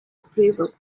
approval